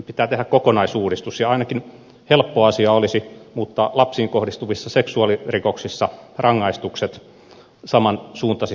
pitää tehdä kokonaisuudistus ja helppo asia olisi ainakin muuttaa lapsiin kohdistuvissa seksuaalirikoksissa rangaistukset samansuuntaisiksi kuin aikuisiin kohdistuvissa